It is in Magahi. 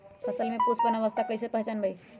फसल में पुष्पन अवस्था कईसे पहचान बई?